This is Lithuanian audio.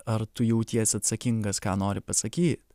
ar tu jautiesi atsakingas ką nori pasakyt